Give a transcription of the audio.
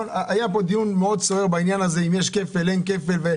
היה פה דיון מאוד סוער בעניין, אם יש כפל כלפי